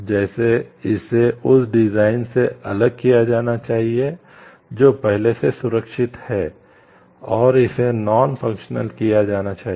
जैसे इसे उस डिज़ाइन से अलग किया जाना चाहिए जो पहले से सुरक्षित है और इसे नॉन फंक्शनल किया जाना चाहिए